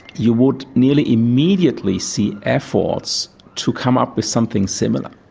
you would nearly immediately see efforts to come up with something similar,